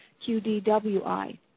QDWI